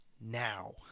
now